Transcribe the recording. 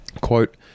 quote